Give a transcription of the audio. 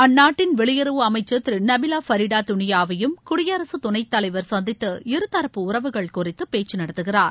அந்நாட்டின் வெளியுறவு அமைச்சர் திரு நபிலா ஃபரிடா துளியாவையும் குடியரசுத் துணைத் தலைவர் சந்தித்து இருதரப்பு உறவுகள் குறித்து பேச்சு நடத்துகிறார்